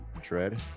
Dread